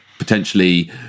potentially